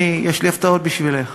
יש לי הפתעות בשבילך.